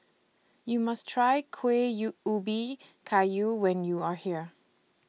YOU must Try Kueh YOU Ubi Kayu when YOU Are here